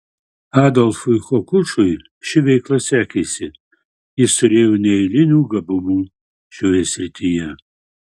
adolfui hokušui ši veikla sekėsi jis turėjo neeilinių gabumų šioje srityje